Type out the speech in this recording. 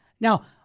Now